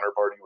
Counterparty